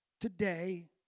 today